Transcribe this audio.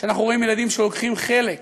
כשאנחנו רואים ילדים שלוקחים חלק ביצירה,